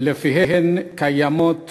ולפיהן קיימות